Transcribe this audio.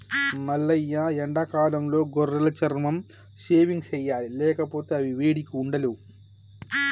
మల్లయ్య ఎండాకాలంలో గొర్రెల చర్మం షేవింగ్ సెయ్యాలి లేకపోతే అవి వేడికి ఉండలేవు